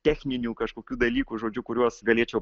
techninių kažkokių dalykų žodžiu kuriuos galėčiau